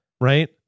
right